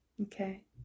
Okay